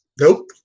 Nope